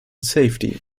safety